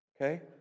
okay